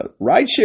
rideshare